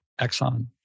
Exxon